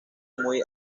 muy